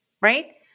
right